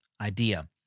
idea